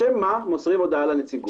לשם מה מוסרים הודעה לנציגות?